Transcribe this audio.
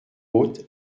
autres